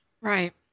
Right